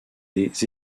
des